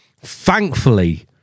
Thankfully